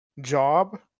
job